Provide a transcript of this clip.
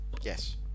Yes